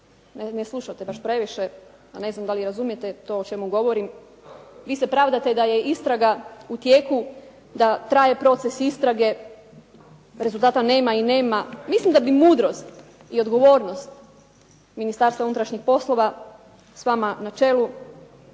ne slušate baš previše, a ne znam da li razumijete to o čemu govorim. Vi se pravdate da je istraga u tijeku, da traje proces istrage, rezultata nema i nema. Mislim da bi mudrost i odgovornost Ministarstva unutrašnjih poslova, s vama na čelu